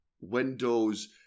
windows